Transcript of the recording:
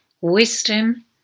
wisdom